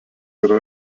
yra